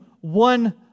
one